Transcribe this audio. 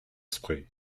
spree